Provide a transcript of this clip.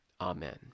Amen